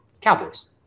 Cowboys